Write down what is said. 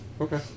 Okay